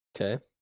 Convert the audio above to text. Okay